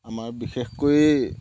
আমাৰ বিশেষকৈ